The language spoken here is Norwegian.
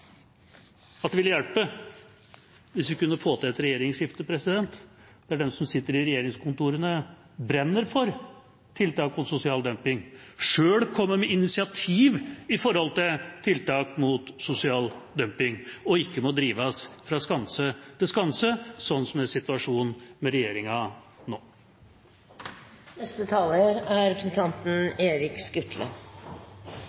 at det ville hjelpe hvis vi kunne få til et regjeringsskifte, der de som sitter i regjeringskontorene, brenner for tiltak mot sosial dumping og selv kommer med initiativ mot sosial dumping og ikke må drives fra skanse til skanse, noe som er situasjonen med regjeringa